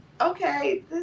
okay